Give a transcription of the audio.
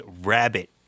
rabbit